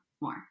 more